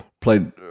played